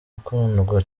akundwa